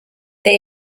they